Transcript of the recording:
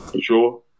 Sure